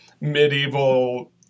medieval